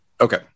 okay